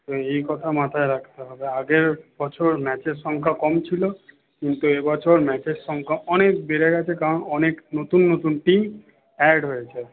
তো এই কথা মাথায় রাখতে হবে আগের বছর ম্যাচের সংখ্যা কম ছিল কিন্তু এ বছর ম্যাচের সংখ্যা অনেক বেড়ে গেছে কারণ অনেক নতুন নতুন টিম অ্যাড হয়েছে